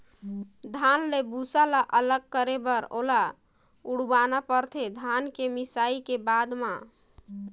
धान ले भूसा ल अलग करे बर ओला उड़वाना परथे धान के मिंजाए के बाद म